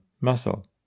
muscle